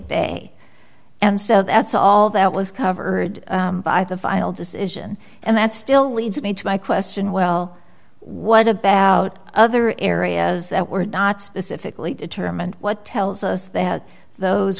bay and so that's all that was covered by the file decision and that still leads me to my question well what about other areas that were not specifically determined what tells us that those